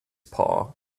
paw